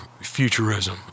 futurism